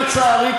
לצערי,